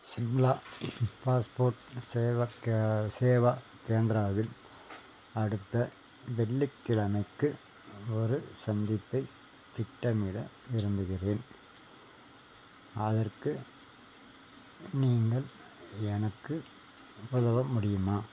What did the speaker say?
Shimla passport Seva கே சேவா கேந்திராவில் அடுத்த வெள்ளிக்கிழமைக்கு ஒரு சந்திப்பைத் திட்டமிட விரும்புகிறேன் அதற்கு நீங்கள் எனக்கு உதவ முடியுமா